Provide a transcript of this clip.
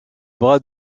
bras